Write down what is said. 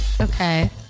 Okay